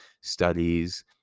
studies